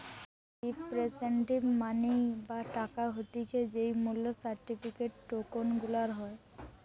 representative money বা টাকা হতিছে যেই মূল্য সার্টিফিকেট, টোকেন গুলার হয়